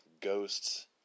ghosts